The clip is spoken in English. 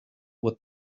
what